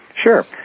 Sure